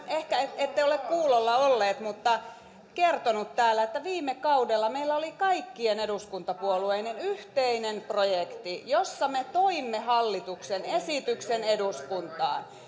ehkä ette ole ollut kuulolla mutta kuten olen kertonut täällä viime kaudella meillä oli kaikkien eduskuntapuolueiden yhteinen projekti jossa me toimme hallituksen esityksen eduskuntaan